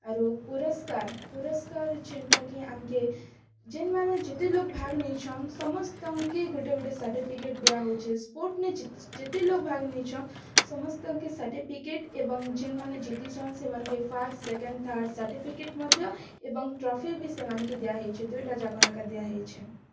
ଆରୁ ପୁରସ୍କାର୍ ପୁରସ୍କାର୍ ଯେନ୍ଟା କି ଆମ୍କେ ଯେନ୍ମାନେ ଯେତେ ଲୋକ୍ ଭାଗ୍ ନେଇଛନ୍ ସମସ୍ତଙ୍କେ ଗୁଟେ ଗୁଟେ ସାର୍ଟିଫିକେଟ୍ ଦିଆହେଉଛେ ସ୍ପୋର୍ଟସ୍ନେ ଯେତେ ଲୋକ୍ ଭାଗ୍ ନେଇଛନ୍ ସମସ୍ତଙ୍କେ ସାର୍ଟିଫିକେଟ୍ ଏବଂ ଯେନ୍ମାନେ ଜିତିଛନ୍ ସେମାନ୍କେ ଫାର୍ଷ୍ଟ୍ ସେକେଣ୍ଡ୍ ଥାର୍ଡ୍ ସାର୍ଟିଫିକେଟ୍ ମଧ୍ୟ ଏବଂ ଟ୍ରଫି ବି ସେମାନ୍କେ ଦିଆହେଇଛେ ଦୁଇ'ଟା ଯାକ ଏକା ଦିଆହେଇଛେ